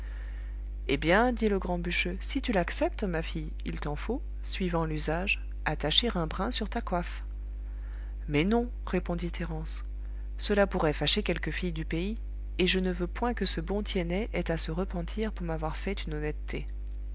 eh bien dit le grand bûcheux si tu l'acceptes ma fille il t'en faut suivant l'usage attacher un brin sur ta coiffe mais non répondit thérence cela pourrait fâcher quelque fille du pays et je ne veux point que ce bon tiennet ait à se repentir pour m'avoir fait une honnêteté